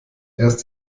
erst